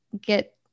get